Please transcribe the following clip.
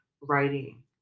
writing